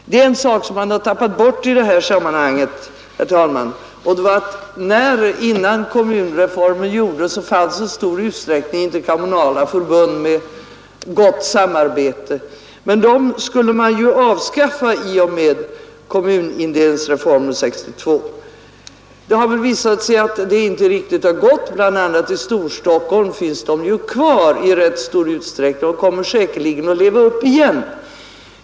Det är en sak som man har tappat bort i detta sammanhang, herr talman, nämligen att innan kommunreformen genomfördes fanns i stor utsträckning interkommunala förbund med gott samarbete. Dem skulle man avskaffa i och med kommunindelningsreformen 1962. Det har visat sig att det inte riktigt har gått; bl.a. i Storstockholm finns de kvar i rätt stor utsträckning, och de kommer säkerligen att leva upp igen.